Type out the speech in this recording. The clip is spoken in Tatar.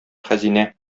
хәзинә